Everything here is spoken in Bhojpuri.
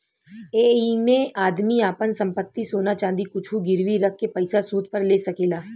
ऐइमे आदमी आपन संपत्ति, सोना चाँदी कुछु गिरवी रख के पइसा सूद पर ले सकेला